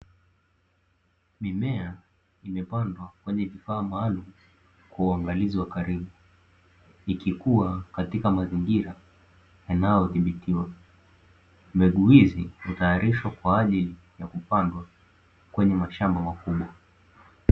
Mimea imepandwa kwenye vifaa maalumu kwa uangalizi wa karibu, ikikua katika mazingira yanayodhibitiwa, mbegu hizi hutaarishwa kwajili ya kupandwa kwenye mashamba makubwa.